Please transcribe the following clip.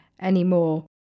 anymore